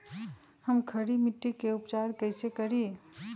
हम खड़ी मिट्टी के उपचार कईसे करी?